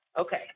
Okay